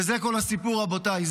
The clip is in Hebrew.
וזה כל הסיפור, רבותיי.